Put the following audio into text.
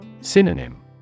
Synonym